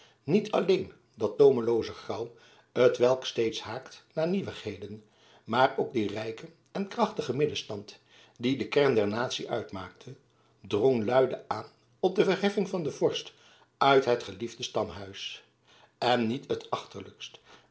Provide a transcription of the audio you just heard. niet alleen dat toomelooze graauw t welk steeds haakt naar nieuwigheden maar ook die rijke en krachtige middelstand die de kern der natie uitmaakte drong luide aan op de verheffing van den vorst uit het geliefde stamhuis en niet